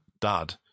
dad